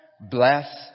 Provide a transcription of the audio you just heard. Bless